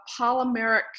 polymeric